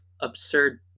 absurd